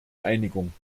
einigung